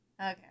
Okay